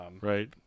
Right